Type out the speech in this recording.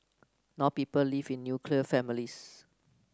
now people live in nuclear families